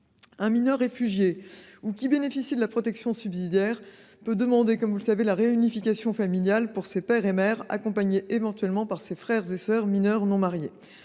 reconnu réfugié ou bénéficiant de la protection subsidiaire peut demander la réunification familiale pour ses père et mère, accompagnés éventuellement par ses frères et sœurs mineurs non mariés.